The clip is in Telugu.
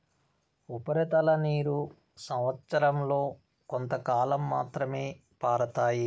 ఉపరితల నీరు సంవచ్చరం లో కొంతకాలం మాత్రమే పారుతాయి